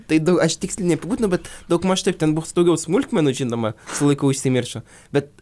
tai du aš tiksliai neapibūdinau bet daugmaž taip ten buvo su daugiau smulkmenų žinoma su laiku užsimiršo bet